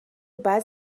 باید